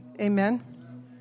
Amen